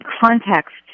context